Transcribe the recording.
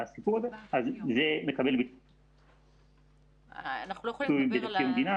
אז זה מקבל ביטוי --- בתקציב המדינה,